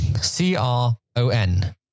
C-R-O-N